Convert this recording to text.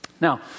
Now